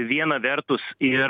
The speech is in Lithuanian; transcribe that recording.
viena vertus ir